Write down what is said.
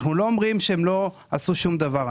אנחנו לא אומרים שהם לא עשו שום דבר.